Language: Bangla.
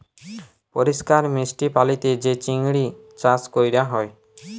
পরিষ্কার মিষ্টি পালিতে যে চিংড়ি চাস ক্যরা হ্যয়